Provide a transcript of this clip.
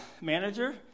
manager